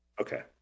Okay